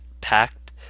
packed